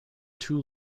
two